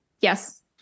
Yes